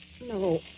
No